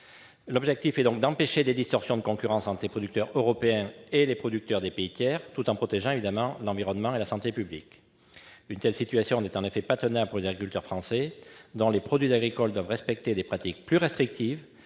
L'objectif est d'empêcher des distorsions de concurrence entre les producteurs européens et ceux des pays tiers, tout en protégeant l'environnement et la santé publique. Une telle situation n'est pas tenable pour les agriculteurs français, dont les produits agricoles doivent respecter des pratiques plus restrictives,